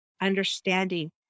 understanding